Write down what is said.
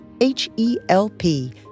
H-E-L-P